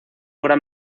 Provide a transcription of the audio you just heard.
gran